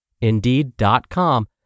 Indeed.com